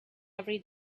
every